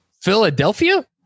Philadelphia